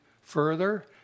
further